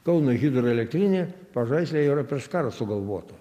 kauno hidroelektrinė pažaislyje yra prieš karą sugalvota